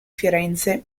firenze